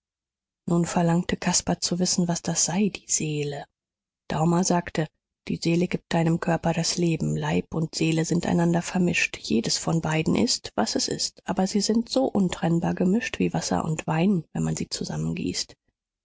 nun verlangte caspar zu wissen was das sei die seele daumer sagte die seele gibt deinem körper das leben leib und seele sind einander vermischt jedes von beiden ist was es ist aber sie sind so untrennbar gemischt wie wasser und wein wenn man sie zusammengießt